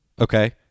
Okay